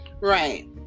Right